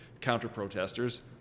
counter-protesters